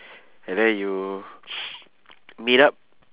and then you meet up